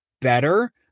better